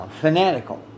fanatical